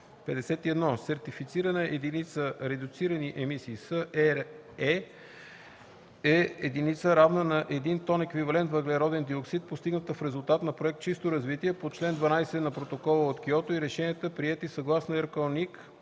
51. „Сертифицирана единица редуцирани емисии (СЕРЕ)” е единица, равна на един тон еквивалент въглероден диоксид, постигната в резултат на проект „чисто развитие” по чл. 12 на Протокола от Киото, и решенията, приети съгласно РКОНИК